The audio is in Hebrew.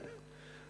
איַאהַא.